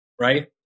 right